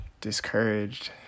discouraged